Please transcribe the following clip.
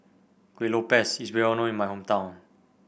Kueh Lopes is well known in my hometown